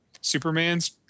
Superman's